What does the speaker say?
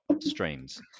streams